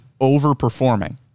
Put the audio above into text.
overperforming